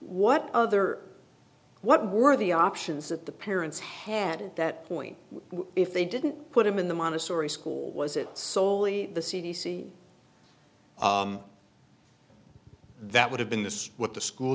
what other what were the options that the parents had at that point if they didn't put him in the montessori school was it solely the c d c that would have been this is what the school